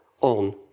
on